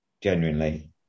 genuinely